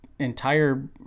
entire